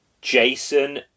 Jason